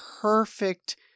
perfect